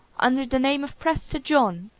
under the name of prester john,